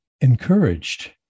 encouraged